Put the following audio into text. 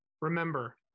Remember